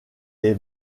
est